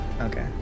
Okay